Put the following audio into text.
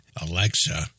Alexa